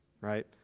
Right